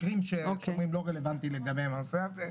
מקרים שהם לא רלוונטיים לגבי הנושא הזה.